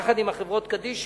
יחד עם החברות קדישא,